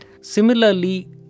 Similarly